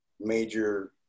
major